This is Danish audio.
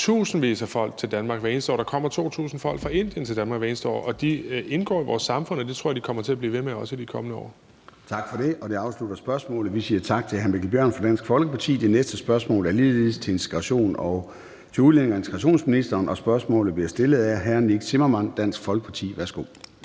tusindvis af folk til Danmark hvert eneste år. Der kommer 2.000 folk fra Indien til Danmark hvert eneste år. Og de indgår i vores samfund, og det tror jeg også at de kommer til at blive ved med i de kommende år. Kl. 13:35 Formanden (Søren Gade): Tak for det, og det afslutter spørgsmålet. Vi siger tak til hr. Mikkel Bjørn fra Dansk Folkeparti. Det næste spørgsmål er ligeledes til udlændinge- og integrationsministeren, og spørgsmålet bliver stillet af hr. Nick Zimmermann, Dansk Folkeparti. Kl.